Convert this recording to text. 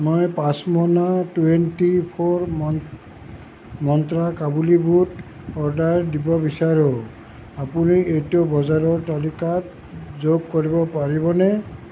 মই পাঁচ মোনা টুৱেণ্টি ফ'ৰ মন মন্ত্ৰা কাবুলী বুট অৰ্ডাৰ দিব বিচাৰোঁ আপুনি এইটো বজাৰৰ তালিকাত যোগ কৰিব পাৰিবনে